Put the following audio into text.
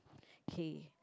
okay